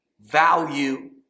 value